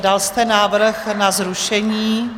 Dal jste návrh na zrušení...